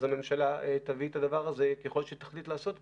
אז הממשלה תביא את הדבר הזה ככל שתחליט לעשות כך,